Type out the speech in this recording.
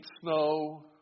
snow